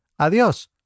Adiós